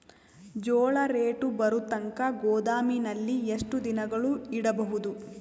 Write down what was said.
ಜೋಳ ರೇಟು ಬರತಂಕ ಗೋದಾಮಿನಲ್ಲಿ ಎಷ್ಟು ದಿನಗಳು ಯಿಡಬಹುದು?